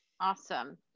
awesome